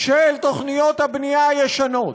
של תוכניות הבנייה הישנות,